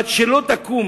עד שלא תקום